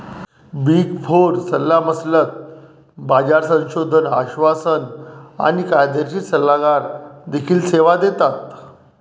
big four सल्लामसलत, बाजार संशोधन, आश्वासन आणि कायदेशीर सल्लागार देखील सेवा देतात